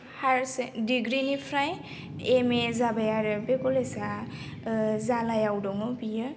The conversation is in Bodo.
डिग्रिनिफ्राय एम ए जाबाय आरो बे कलेजआ जालायाव दङ बियो